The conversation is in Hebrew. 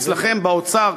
אצלכם באוצר,